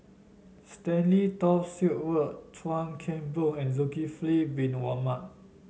Stanley Toft Stewart Chuan Keng Boon and Zulkifli Bin Mohamed